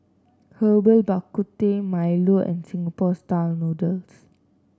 Herbal Bak Ku Teh milo and Singapore style noodles